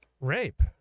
rape